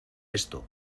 esto